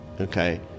Okay